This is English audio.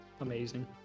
amazing